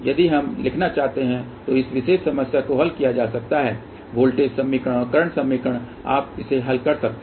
यदि हम लिखना चाहते हैं तो इस विशेष समस्या को हल किया जा सकता है वोल्टेज समीकरण और करंट समीकरण आप इसे हल कर सकते हैं